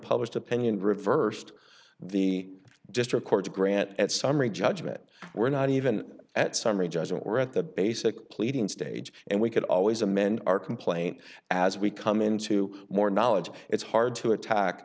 published opinion reversed the district court to grant at summary judgment we're not even at summary judgment we're at the basic pleading stage and we could always amend our complaint as we come into more knowledge it's hard to attack